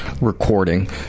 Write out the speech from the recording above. recording